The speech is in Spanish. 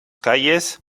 calles